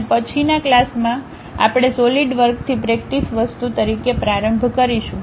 અને પછીના ક્લાસમાં આપણે સોલિડવર્કથી પ્રેક્ટિસ વસ્તુ તરીકે પ્રારંભ કરીશું